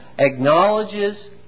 acknowledges